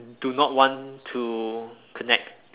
do not want to connect